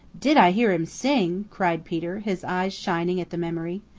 did i hear him sing! cried peter, his eyes shining at the memory.